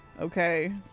Okay